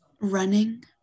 Running